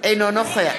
נגד